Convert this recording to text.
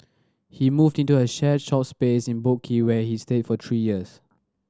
he moved into a shared shop space in Boat Quay where he stayed for three years